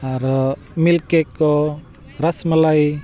ᱟᱨᱚ ᱢᱤᱞᱠ ᱠᱮᱠ ᱠᱚ ᱨᱚᱥᱢᱟᱞᱟᱭ